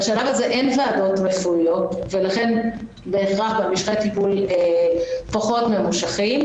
בשלב הזה אין ועדות רפואיות ולכן משכי הטיפול פחות ממושכים,